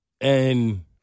And-